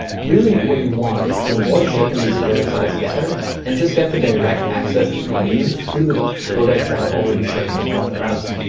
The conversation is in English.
really, what you want is to avoid shipping these codecs altogether and just get the direct access that you need through the codecs that are already shipping as part of the browser.